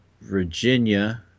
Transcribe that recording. Virginia